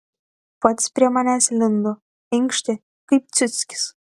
pats prie manęs lindo inkštė kaip ciuckis